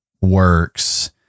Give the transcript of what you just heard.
works